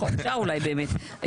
אפשר אולי באמת.